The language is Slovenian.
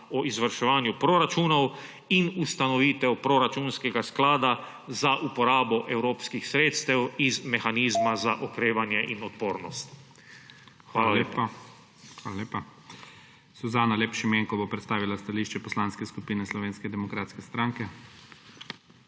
o izvrševanju proračunov in ustanovitev proračunskega sklada za uporabo evropskih sredstev iz mehanizma za okrevanje in odpornost. Hvala lepa. **PREDSEDNIK IGOR ZORČIČ:** Hvala lepa. Suzana Lep Šimenko bo predstavila stališče Poslanske skupine Slovenske demokratske stranke.